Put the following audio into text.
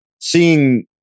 seeing